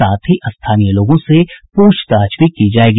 साथ ही स्थानीय लोगों से पूछताछ भी की जायेगी